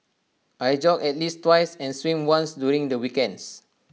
I jog at least twice and swim once during the weekends